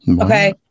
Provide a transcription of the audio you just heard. okay